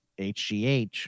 HGH